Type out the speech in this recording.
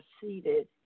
seated